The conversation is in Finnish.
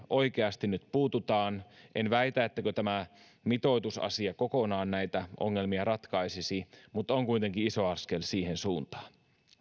oikeasti nyt puututaan en väitä että tämä mitoitusasia kokonaan näitä ongelmia ratkaisisi mutta se on kuitenkin iso askel siihen suuntaan